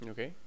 Okay